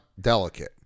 delicate